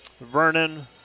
Vernon